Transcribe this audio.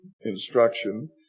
instruction